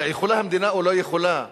יכולה המדינה או לא יכולה,